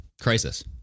crisis